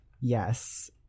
Yes